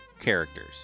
characters